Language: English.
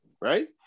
Right